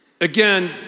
again